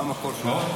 מה המקור שלהם?